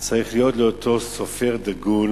צריכה להיות לאותו סופר דגול